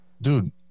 dude